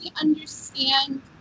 understand